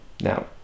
Now